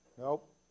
Nope